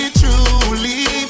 truly